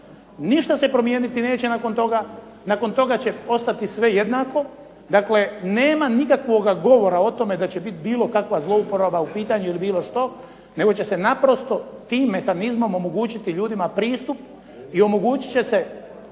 Ništa se neće promijeniti nakon toga, nakon toga će ostati sve jednako, dakle nema nikakvog govora o tome da će biti bilo kakva zlouporaba u pitanju ili bilo što nego će se naprosto tim mehanizmom omogućiti ljudima pristup i omogućiti će se